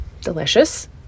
delicious